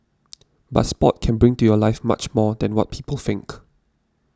but sport can bring to your life much more than what people think